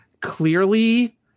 clearly